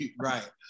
right